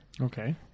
Okay